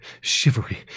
shivery